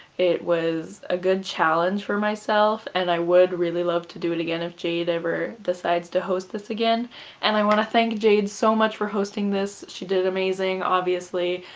it was a good challenge for myself and i would really love to do it again if jade ever decides to host this again and i want to thank jade so much for hosting this, she did amazing obviously,